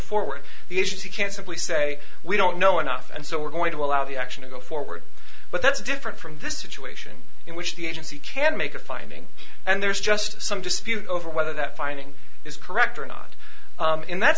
forward the agency can't simply say we don't know enough and so we're going to allow the action to go forward but that's different from this situation in which the agency can make a finding and there's just some dispute over whether that finding is correct or not in that